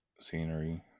scenery